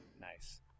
Nice